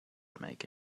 make